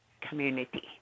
community